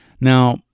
Now